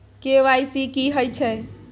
KYC की हय छै?